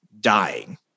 dying